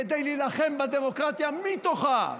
כדי להילחם בדמוקרטיה מתוכה.